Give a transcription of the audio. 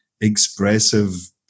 expressive